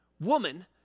Woman